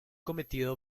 cometido